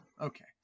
Okay